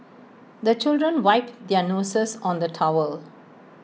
the children wipe their noses on the towel